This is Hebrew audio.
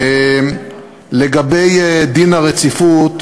לגבי דין הרציפות,